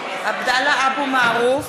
חברי הכנסת,